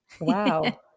wow